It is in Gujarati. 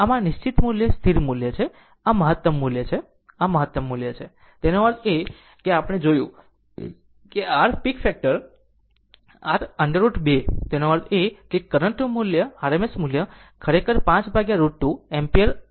આમ આ નિશ્ચિત મૂલ્ય સ્થિર મૂલ્ય છે અને આ મહત્તમ મૂલ્ય છે મહત્તમ મૂલ્ય છે તેનો અર્થ એ કે તે મહત્તમ મૂલ્ય છે અને આપણે જોયું છે કે r પીક ફેક્ટર r √2 તેનો અર્થ એ કે કરંટ નું RMS મૂલ્ય ખરેખર 5 √2 એમ્પીયર RMS મૂલ્ય હશે